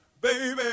baby